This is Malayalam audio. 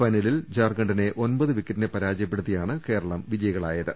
ഫൈനലിൽ ജാർഖ ണ്ഡിനെ ഒൻപത് വിക്കറ്റിന് പരാജയപ്പെടുത്തിയാണ് കേരളം വിജയി കളായത്